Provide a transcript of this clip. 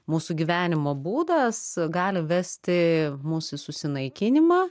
mūsų gyvenimo būdas gali vesti mus į susinaikinimą